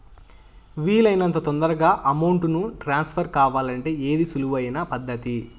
వీలు అయినంత తొందరగా అమౌంట్ ను ట్రాన్స్ఫర్ కావాలంటే ఏది సులువు అయిన పద్దతి